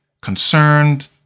concerned